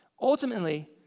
ultimately